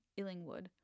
Illingwood